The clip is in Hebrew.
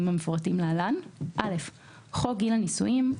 המפורטים להלן: (א)חוק גיל הנישואין,